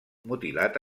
mutilat